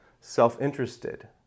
self-interested